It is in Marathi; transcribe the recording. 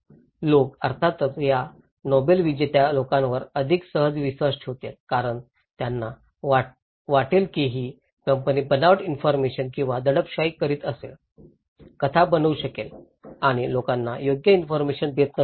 लोक अर्थातच या नोबेल विजेत्या लोकांवर अधिक सहज विश्वास ठेवतील कारण त्यांना वाटेल की ही कंपनी बनावट इन्फॉरमेशन किंवा दडपशाही करीत असेल कथा बनवू शकेल आणि लोकांना योग्य इन्फॉरमेशन देत नसेल